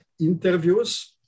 interviews